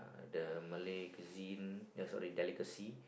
the Malay cuisine ya sorry delicacy